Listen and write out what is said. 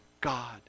God